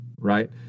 right